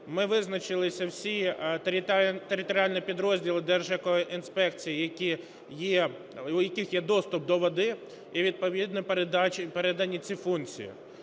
Ми визначили всі територіальні підрозділи Держекоінспекції, у яких є доступ до води і відповідно їм передні ці функції.